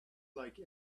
like